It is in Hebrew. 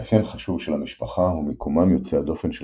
מאפיין חשוב של המשפחה הוא מיקומם יוצא-הדופן של